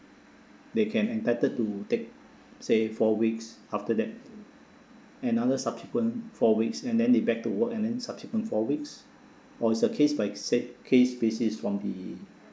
they can entitled to take say four weeks after that another subsequent four weeks and then they back to work and then subsequent four weeks or it's a case by said case basis from the